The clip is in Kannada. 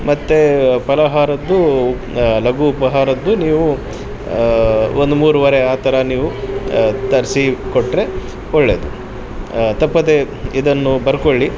ಮತ್ತು ಫಲಹಾರದ್ದು ಲಘು ಉಪಹಾರದ್ದು ನೀವು ಒಂದು ಮೂರುವರೆ ಆ ಥರ ನೀವು ತರಿಸಿಕೊಟ್ರೆ ಒಳ್ಳೆಯದು ತಪ್ಪದೆ ಇದನ್ನು ಬರ್ಕೊಳ್ಳಿ